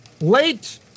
Late